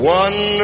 one